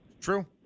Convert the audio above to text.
True